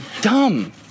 dumb